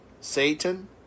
Satan